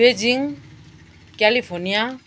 Beijing California